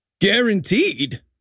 Guaranteed